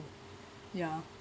ya